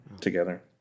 Together